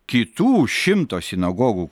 kitų šimto sinagogų